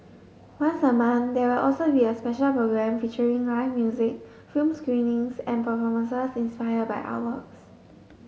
once a month there will also be a special programme featuring live music film screenings and performances inspired by artworks